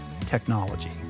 technology